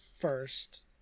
first